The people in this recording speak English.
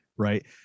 Right